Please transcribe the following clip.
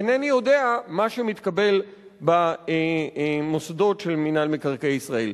אינני יודע מה שמתקבל במוסדות של מינהל מקרקעי ישראל?